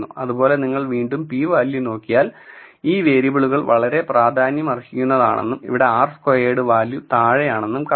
അതുപോലെ നിങ്ങൾ വീണ്ടും p വാല്യൂ നോക്കിയാൽ ഈ വേരിയബിളുകൾ വളരെ പ്രാധാന്യമർഹിക്കുന്നതാണെന്നും ഇവിടെ r സ്ക്വയേഡ് വാല്യൂ താഴെ ആണെന്നും കാണാം